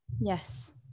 Yes